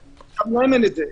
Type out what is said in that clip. גם להם אין את זה.